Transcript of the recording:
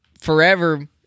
forever